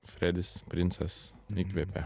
fredis princas įkvėpė